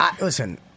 Listen